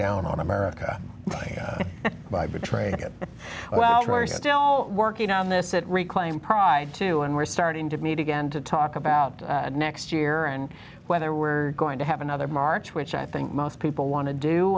down on america by betraying it well you are still working on this it reclaim pride too and we're starting to meet again to talk about next year and whether we're going to have another march which i think most people want to do